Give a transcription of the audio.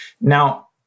Now